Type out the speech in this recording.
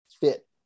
fit